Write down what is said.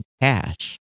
cash